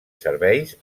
serveis